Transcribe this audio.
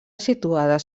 situades